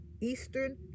Eastern